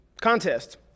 contest